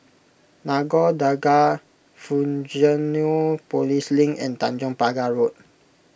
Nagore Dargah Fusionopolis Link and Tanjong Pagar Road